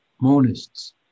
Monists